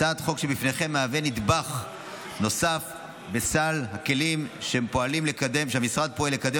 הצעת החוק שלפניכם מהווה נדבך נוסף בסל הכלים שהמשרד פועל לקדם